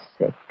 sick